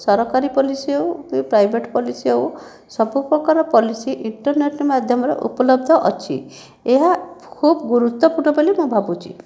ସରକାରୀ ପଲିସି ହେଉକି private policy ହେଉ ସବୁ ପ୍ରକାର ପଲିସି ଇଣ୍ଟରନେଟ୍ ମାଧ୍ୟମରେ ଉପଲବ୍ଧ ଅଛି ଏହା ଖୁବ୍ ଗୁରୁତ୍ୱପୁର୍ଣ୍ଣ ବୋଲି ମୁଁ ଭାବୁଛି